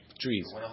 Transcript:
trees